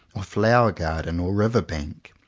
or flower-garden, or river-bank,